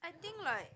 I think like